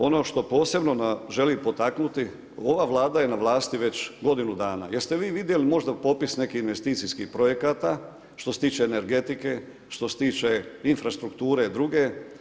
Ono što posebno želim potaknuti ova Vlada je na vlasti već godinu dana, jeste vi vidjeli možda popis nekih investicijskih projekata što se tiče energetike, što se tiče infrastrukture druge?